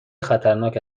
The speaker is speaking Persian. خطرناک